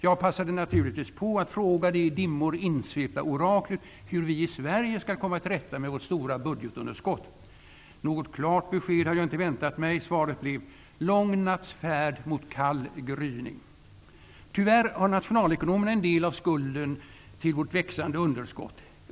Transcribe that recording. Jag passade naturligtvis på att fråga det i dimmor insvepta oraklet hur vi i Sverige skall komma till rätta med vårt stora budgetunderskott. Något klart besked hade jag inte väntat mig. Svaret blev: ''Lång natts färd mot kall gryning.'' Tyvärr har nationalekonomerna en del av skulden till vårt växande underskott.